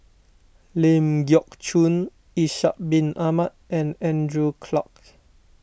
Ling Geok Choon Ishak Bin Ahmad and Andrew Clarke